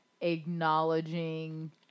acknowledging